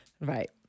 Right